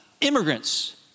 Immigrants